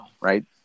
right